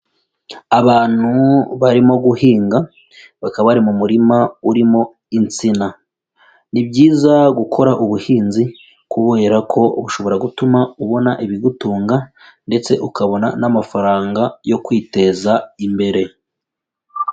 Abantu barimo guhinga, bakaba bari mu murima urimo insina, ni byiza gukora ubuhinzi kubera ko bushobora gutuma ubona ibigutunga ndetse ukabona n'amafaranga yo kwiteza imbere.